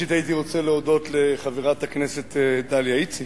ראשית הייתי רוצה להודות לחברת הכנסת דליה איציק,